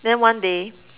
then one day